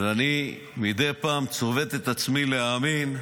ואני מדי פעם צובט את עצמי כדי להאמין.